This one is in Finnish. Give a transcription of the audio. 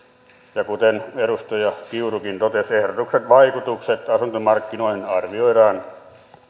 ja kuten edustaja kiurukin totesi ehdotuksen vaikutukset asuntomarkkinoihin arvioidaan